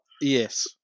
yes